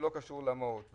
ולא קשורות למהות.